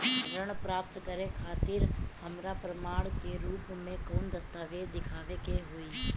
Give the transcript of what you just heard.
ऋण प्राप्त करे खातिर हमरा प्रमाण के रूप में कौन दस्तावेज़ दिखावे के होई?